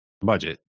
budget